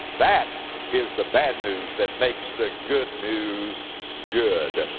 that is the bad news that makes the good news good.